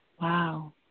Wow